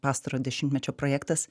pastarojo dešimtmečio projektas